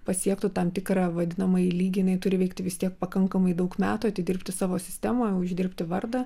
pasiektų tam tikrą vadinamąjį lygį jinai turi veikti vis tiek pakankamai daug metų atidirbti savo sistemą uždirbti vardą